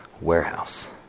warehouse